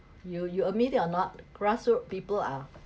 you admit it or not grassroot people are